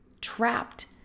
trapped